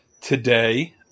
today